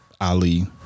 Ali